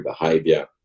behaviour